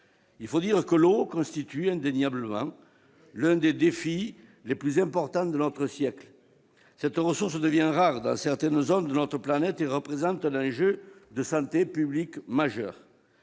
Il faut dire que l'eau constitue indéniablement l'un des défis les plus importants de notre siècle ; cette ressource devient rare dans certaines zones de notre planète et représente un enjeu majeur de santé publique.